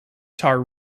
tar